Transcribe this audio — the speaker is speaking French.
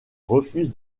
refuse